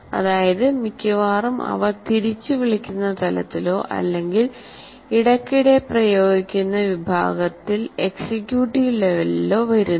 അതായത് മിക്കവാറും അവ തിരിച്ചുവിളിക്കുന്ന തലത്തിലോ അല്ലെങ്കിൽ ഇടയ്ക്കിടെ പ്രയോഗിക്കുന്ന വിഭാഗത്തിൽ എക്സിക്യൂട്ട് ലെവലിലോ വരുന്നു